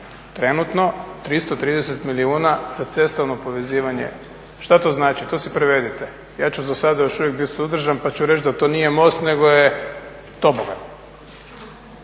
trenutno 330 milijuna za cestovno povezivanje. Šta to znači, to si prevedite. Ja ću za sada još uvijek biti suzdržan pa ću reći da to nije most nego je tobogan,